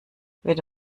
würde